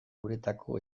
uretako